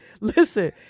listen